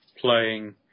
playing